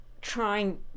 trying